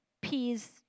Peas